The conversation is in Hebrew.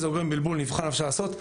אם זה גורם בלבול נבחן מה אפשר לעשות.